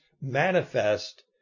manifest